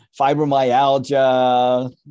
fibromyalgia